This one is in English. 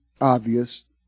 obvious